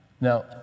Now